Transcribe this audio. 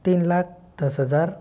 तीन लाख दस हज़ार